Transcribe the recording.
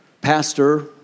pastor